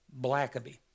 Blackaby